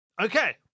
Okay